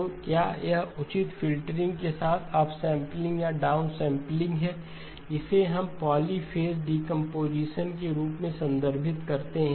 तो क्या यह उचित फ़िल्टरिंग के साथ अपसम्पलिंग या डाउनसम्पलिंग है इसे हम पॉलीफ़ेज़ डीकंपोजीशन के रूप में संदर्भित करते हैं